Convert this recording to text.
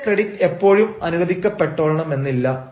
നമ്മുടെ ക്രെഡിറ്റ് എപ്പോഴും അനുവദിക്കപ്പെട്ടോളണമെന്നില്ല